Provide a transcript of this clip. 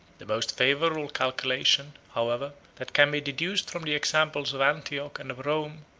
the most favorable calculation, however, that can be deduced from the examples of antioch and of rome,